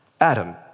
Adam